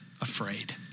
afraid